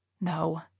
No